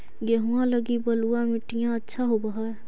गेहुआ लगी बलुआ मिट्टियां अच्छा होव हैं?